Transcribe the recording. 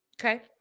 Okay